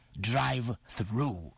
drive-through